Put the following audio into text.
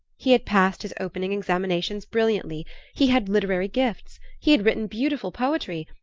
he had passed his opening examinations brilliantly he had literary gifts he had written beautiful poetry,